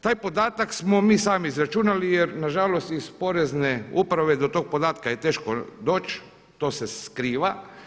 Taj podatak smo mi sami izračunali jer nažalost iz Porezne uprave do tog podatka je teško doći, to se skriva.